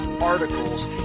articles